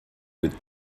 with